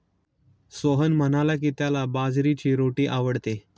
सोहन म्हणाला की, त्याला बाजरीची रोटी आवडते